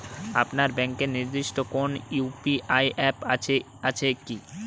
আপনার ব্যাংকের নির্দিষ্ট কোনো ইউ.পি.আই অ্যাপ আছে আছে কি?